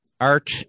Art